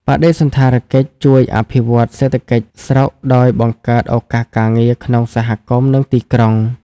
បដិសណ្ឋារកិច្ចជួយអភិវឌ្ឍសេដ្ឋកិច្ចស្រុកដោយបង្កើតឱកាសការងារក្នុងសហគមន៍ និងទីក្រុង។